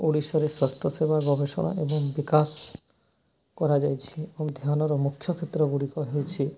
ଓଡ଼ିଶାରେ ସ୍ୱାସ୍ଥ୍ୟ ସେବା ଗବେଷଣା ଏବଂ ବିକାଶ କରାଯାଇଛି ଏବଂ ଧ୍ୟାନର ମୁଖ୍ୟ କ୍ଷେତ୍ରଗୁଡ଼ିକ ହେଉଛି